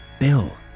Bill